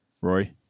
Roy